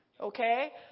okay